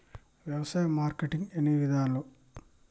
వ్యవసాయ మార్కెటింగ్ ఎన్ని విధాలు?